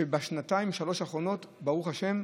ובשנתיים-שלוש האחרונות, ברוך השם,